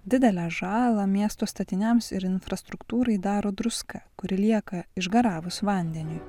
didelę žalą miesto statiniams ir infrastruktūrai daro druska kuri lieka išgaravus vandeniui